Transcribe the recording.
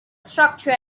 structure